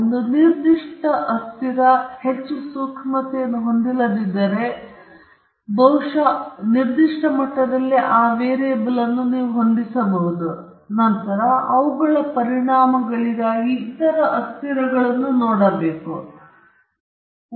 ಒಂದು ನಿರ್ದಿಷ್ಟ ವೇರಿಯೇಬಲ್ ಹೆಚ್ಚು ಸೂಕ್ಷ್ಮತೆಯನ್ನು ಹೊಂದಿಲ್ಲದಿದ್ದರೆ ನೀವು ಬಹುಶಃ ಒಂದು ನಿರ್ದಿಷ್ಟ ಮಟ್ಟದಲ್ಲಿ ಆ ವೇರಿಯಬಲ್ ಅನ್ನು ಹೊಂದಿಸಬಹುದು ಮತ್ತು ನಂತರ ಅವುಗಳ ಪರಿಣಾಮಗಳಿಗಾಗಿ ಇತರ ಅಸ್ಥಿರಗಳನ್ನು ನೋಡಬಹುದಾಗಿದೆ